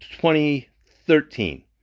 2013